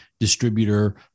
distributor